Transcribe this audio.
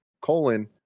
colon